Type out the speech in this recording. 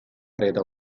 preda